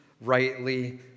rightly